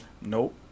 nope